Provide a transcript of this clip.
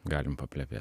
galim paplepėt